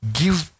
give